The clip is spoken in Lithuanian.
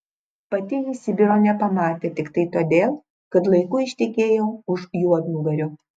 pati ji sibiro nepamatė tiktai todėl kad laiku ištekėjo už juodnugario